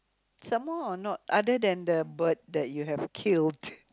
some more or not other than the bird that you have killed